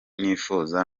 nifuza